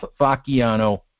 Facciano